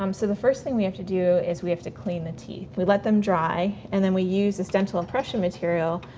um so, the first thing we have to do is we have to clean the teeth. we let them dry and then we use this dental impression material,